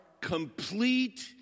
complete